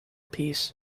piece